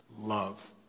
love